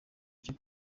cyo